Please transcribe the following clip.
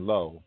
Low